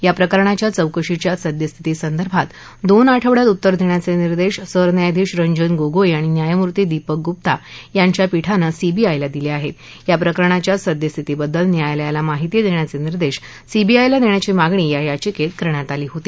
याप्रकरणाच्या चौकशीच्या सद्यस्थिती संदर्भात दोन आठवड्यात उत्तर दष्ट्राच मिदेश सरन्यायाधीश रंजन गोगोई आणि न्यायमूर्ती दिपक गुप्ता यांच्या पीठानं सीबीआयला दिलखिाहती या प्रकरणाच्या सद्यस्थितीबद्दल न्यायालयाला माहिती दख्खाचनिर्देश सीबीआयला दख्खाची मागणी या याचिकत्त करण्यात आली होती